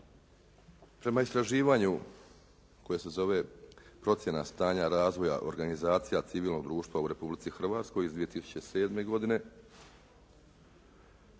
Prema istraživanju koje se zove procjena stanja razvoja, organizacija civilnog društva u Republici Hrvatskoj iz 2007. godine